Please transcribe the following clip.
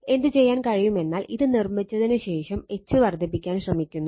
ഇപ്പോൾ എന്തുചെയ്യാൻ കഴിയും എന്നാൽ ഇത് നിർമ്മിച്ചതിന് ശേഷം H വർദ്ധിപ്പിക്കാൻ ശ്രമിക്കുന്നു